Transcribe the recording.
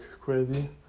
crazy